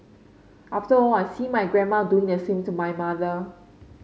after all I see my grandma doing the same to my mother